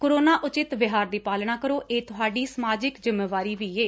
corona ਉਚਿਤ ਵਿਹਾਰ ਦੀ ਪਾਲਣਾ ਕਰੋ ਇਹ ਤੁਹਾਡੀ ਸਮਾਜਿਕ ਜਿੰਮੇਵਾਰੀ ਵੀ ਏ